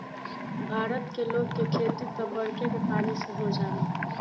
भारत के लोग के खेती त बरखे के पानी से हो जाला